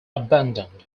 abandoned